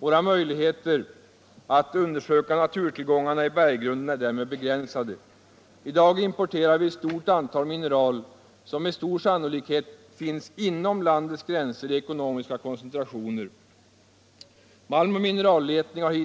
Våra möjligheter att undersöka na turtillgångarna i berggrunden är därmed begränsade. I dag importerar vi ett stort antal mineral som med stor sannolikhet finns inom landets